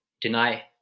deny